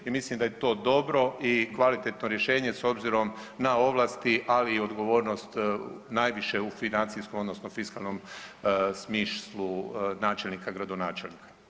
I mislim da je to dobro i kvalitetno rješenje s obzirom na ovlasti, ali i odgovornost najviše u financijskom, odnosno fiskalnom smislu načelnika, gradonačelnika.